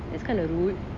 it's kind of rude